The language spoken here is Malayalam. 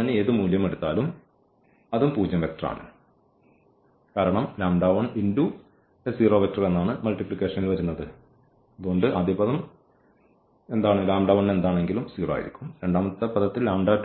ന് ഏതു മൂല്യം എടുത്താലും അതും പൂജ്യം വെക്റ്റർ ആണ്